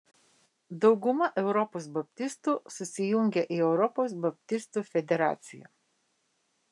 dauguma europos baptistų susijungę į europos baptistų federaciją